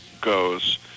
goes